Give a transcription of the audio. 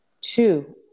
two